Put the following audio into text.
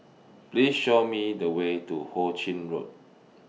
Please Show Me The Way to Ho Ching Road